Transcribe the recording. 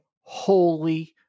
holy